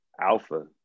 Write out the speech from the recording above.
alpha